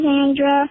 Alexandra